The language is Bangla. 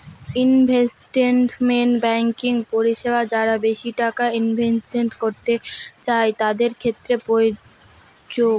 ইনভেস্টমেন্ট ব্যাঙ্কিং পরিষেবা যারা বেশি টাকা ইনভেস্ট করতে চাই তাদের ক্ষেত্রে প্রযোজ্য